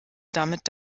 damit